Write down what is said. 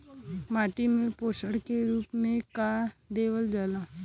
माटी में पोषण के रूप में का देवल जाला?